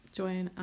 join